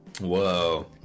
Whoa